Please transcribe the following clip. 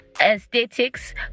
aesthetics